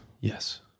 Yes